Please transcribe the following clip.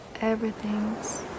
Everything's